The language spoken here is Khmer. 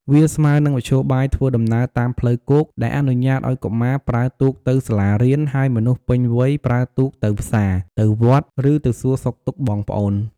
វាស្មើនឹងមធ្យោបាយធ្វើដំណើរតាមផ្លូវគោក ដែលអនុញ្ញាតឲ្យកុមារប្រើទូកទៅសាលារៀន ហើយមនុស្សពេញវ័យប្រើទូកទៅផ្សារ ទៅវត្ត ឬទៅសួរសុខទុក្ខបងប្អូន។